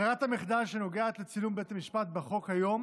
ברירת המחדל שנוגעת לצילום בבית המשפט בחוק היום